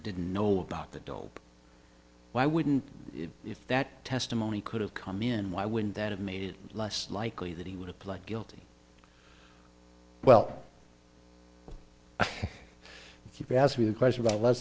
didn't know about the deal why wouldn't if that testimony could have come in why wouldn't that have made it less likely that he would have pled guilty well if you ask me the question about less